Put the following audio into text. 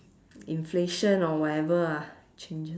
inflation or whatever ah changes